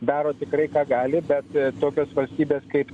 daro tikrai ką gali bet tokios valstybės kaip